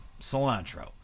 cilantro